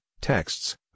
texts